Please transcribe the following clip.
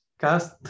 cast